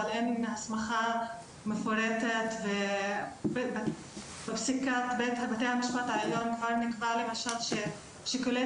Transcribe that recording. אבל אין הסמכה מפורטת ובפסיקת בית המשפט העליון כבר נקבע למשל ששיקולי